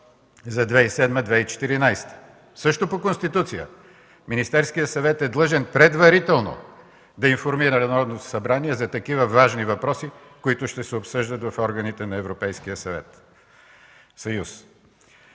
за 2007-2014 г. Също по Конституция Министерският съвет е длъжен предварително да информира Народното събрание за такива важни въпроси, които ще се обсъждат в органите на Европейския съюз.